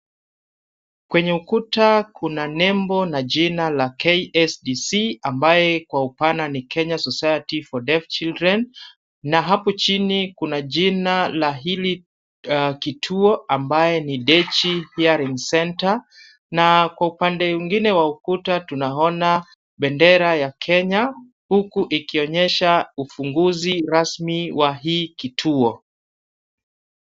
Kwenye ukuta kuna nembo na jina la KSDC ambayo kwa upana ni Kenya Society for Deaf Children na hapo chini kuna jina la hili kituo ambayo ni Dechi hearing centre na kwa upande mwingine wa ukuta tunaona bendera ya Kenya huku ikionesha ufunguzi rasmi wa hii kituo.